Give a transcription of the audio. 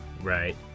Right